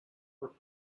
were